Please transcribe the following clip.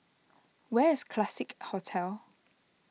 where is Classique Hotel